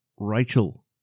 rachel